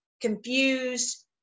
confused